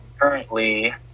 currently